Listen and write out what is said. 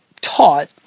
taught